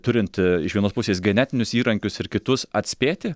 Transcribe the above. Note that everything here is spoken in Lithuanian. turint iš vienos pusės genetinius įrankius ir kitus atspėti